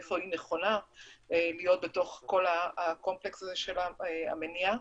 איפה היא נכונה להיות בתוך כל הקומפלקס הזה של המניעה.